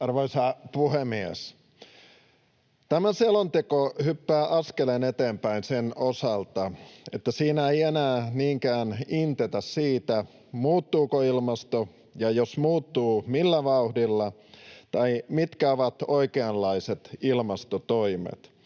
Arvoisa puhemies! Tämä selonteko hyppää askeleen eteenpäin sen osalta, että siinä ei enää niinkään intetä siitä, muuttuuko ilmasto, ja jos muuttuu, millä vauhdilla tai mitkä ovat oikeanlaiset ilmastotoimet.